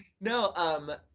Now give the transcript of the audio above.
No